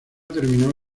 terminó